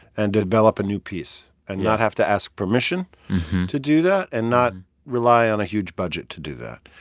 and develop a new piece, and not have to ask permission to do that and not rely on a huge budget to do that.